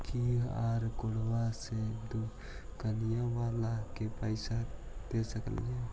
QR कोडबा से दुकनिया बाला के पैसा दे सक्रिय?